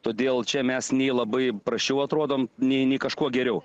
todėl čia mes nei labai prasčiau atrodome nei kažkuo geriau